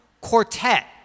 Quartet